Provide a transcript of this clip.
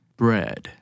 bread